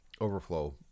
overflow